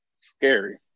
scary